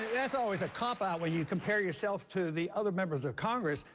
that's always a cop-out when you compare yourself to the other members of congress.